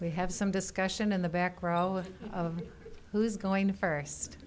we have some discussion in the back row of who's going to first